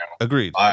agreed